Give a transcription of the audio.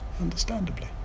understandably